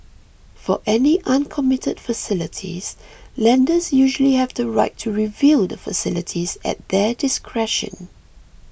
for any uncommitted facilities lenders usually have the right to review the facilities at their discretion